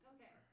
Okay